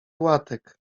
łatek